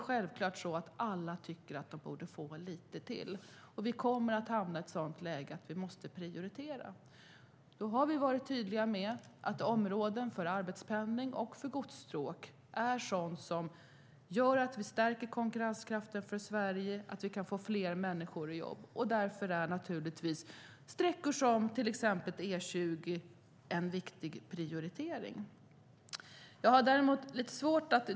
Självklart tycker alla att de borde få lite till, men vi kommer att hamna i ett läge där vi måste prioritera. Vi har varit tydliga med att arbetspendling och godsstråk stärker konkurrenskraften för Sverige och får fler människor i jobb, och därför är sträckor som E20 en viktig prioritering. Herr talman!